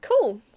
Cool